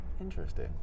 interesting